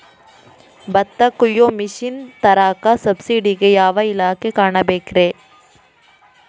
ಭತ್ತ ಕೊಯ್ಯ ಮಿಷನ್ ತರಾಕ ಸಬ್ಸಿಡಿಗೆ ಯಾವ ಇಲಾಖೆ ಕಾಣಬೇಕ್ರೇ?